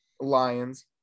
Lions